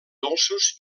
dolços